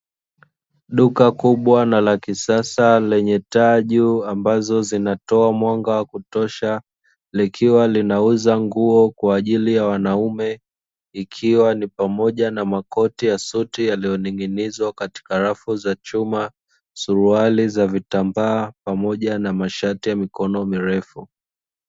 Duka kubwa na la kisasa lenye taa juu ambazo zinazotoa mwanga wa kutosha, likiwa linauza nguo kwa ajili ya wanaume, ikiwa ni pamoja na makoti ya suti yaliyoning’inizwa katika rafu za chuma, suruali za vitambaa pamoja na mashati ya mikono mirefu.